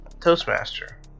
Toastmaster